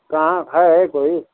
کہاں ہے کوئی